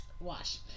wash